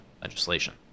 legislation